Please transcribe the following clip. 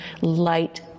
light